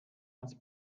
ans